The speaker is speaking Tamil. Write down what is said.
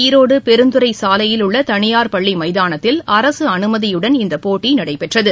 ஈரோடு பெருந்துறை சாலையில் உள்ள தனியார் பள்ளி மைதானத்தில் அரசு அனுமதியுடன் இந்த போட்டி நடைபெற்றது